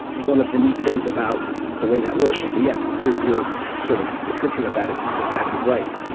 one of the neat things about the way that works and so yes, your your sort of description of that is exactly right.